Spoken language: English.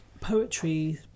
poetry